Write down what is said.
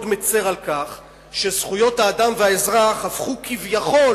מצר על כך שזכויות האדם והאזרח הפכו כביכול,